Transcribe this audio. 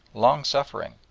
long-suffering,